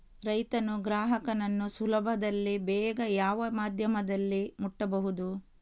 ರೈತನು ಗ್ರಾಹಕನನ್ನು ಸುಲಭದಲ್ಲಿ ಬೇಗ ಯಾವ ಮಾಧ್ಯಮದಲ್ಲಿ ಮುಟ್ಟಬಹುದು?